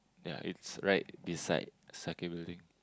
ya it's right beside sakae building